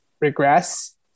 regress